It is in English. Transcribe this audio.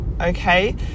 Okay